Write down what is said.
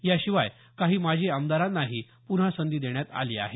याशिवाय काही माजी आमदारांनाही पुन्हा संधी देण्यात आली आहे